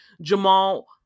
Jamal